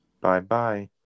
Bye-bye